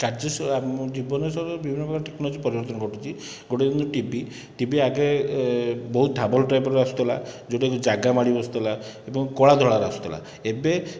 କାର୍ଯ୍ୟ ଆମ ଜୀବନଶୈଳୀରେ ବିଭିନ୍ନ ପ୍ରକାର ଟେକ୍ନୋଲୋଜି ପରିବର୍ତ୍ତନ ଘଟୁଛି ଗୋଟିଏ ହେଉଛି ଟିଭି ଟିଭି ଆଗେ ବହୁତ ଢାବଲ ଟାଇପର ଆସୁଥିଲା ଯେଉଁଟାକି ଜାଗା ମାଡ଼ି ବସୁଥିଲା ଏବଂ କଳାଧଳାର ଆସୁଥିଲା ଏବେ